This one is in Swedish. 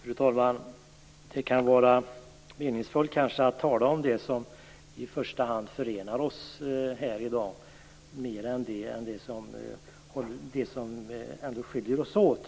Fru talman! Det kan kanske vara mera meningsfullt att i första hand tala om det som förenar oss än att tala om det som skiljer oss åt.